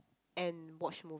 and watch move